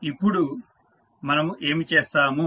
ఇప్పుడు మనము ఏమి చేస్తాము